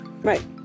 right